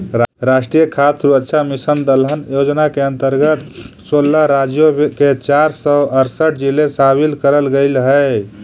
राष्ट्रीय खाद्य सुरक्षा मिशन दलहन योजना के अंतर्गत सोलह राज्यों के चार सौ अरसठ जिले शामिल करल गईल हई